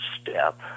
step